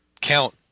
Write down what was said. count